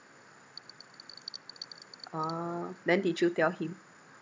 ah then did you tell him